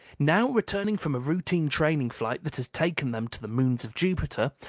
now, returning from a routine training flight that had taken them to the moons of jupiter,